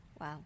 Wow